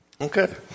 Okay